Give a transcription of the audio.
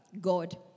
God